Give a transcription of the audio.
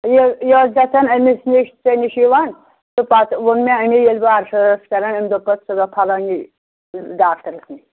یہِ یہِ ٲس گژھان أمِس نِش ژےٚ نِش یِوان تہٕ پَتہٕ ووٚن مےٚ اَمی ییٚلہِ بہٕ اَرسَر ٲسٕس کَران أمۍ دوٚپ پَتہٕ ژٕ گژھِ فَلٲنی یہِ ڈاکٹرَس نِش